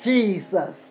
Jesus